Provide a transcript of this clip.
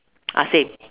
ah same